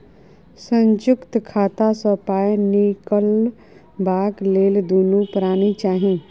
संयुक्त खाता सँ पाय निकलबाक लेल दुनू परानी चाही